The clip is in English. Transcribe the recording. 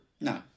No